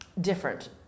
different